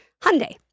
Hyundai